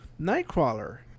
Nightcrawler